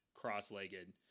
cross-legged